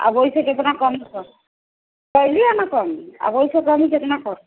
आब एहिसे कमी कितना करब केली है ना कमी आब एहिसे कमी कितना करब